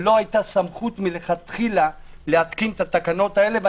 מלכתחילה לא היתה סמכות להתקין את התקנות האלה,